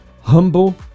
humble